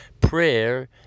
Prayer